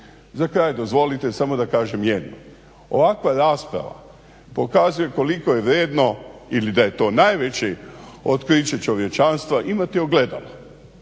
Za kraj dozvolite samo da kažem jedno. Ovakva rasprava pokazuje koliko je vrijedno ili da je to najveće otkriće čovječanstva imati ogledalo